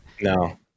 no